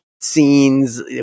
scenes